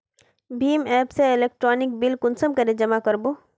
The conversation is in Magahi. भीम एप से इलेक्ट्रिसिटी बिल कुंसम करे जमा कर बो?